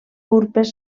urpes